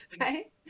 Right